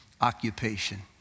occupation